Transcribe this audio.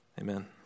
Amen